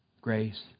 grace